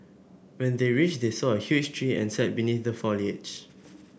when they reached they saw a huge tree and sat beneath the foliage